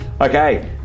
Okay